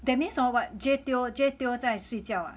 that means hor what j teo j teo 在睡觉啊